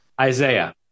Isaiah